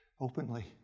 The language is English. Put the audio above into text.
openly